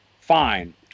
fine